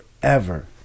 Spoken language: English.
forever